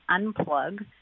unplug